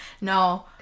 No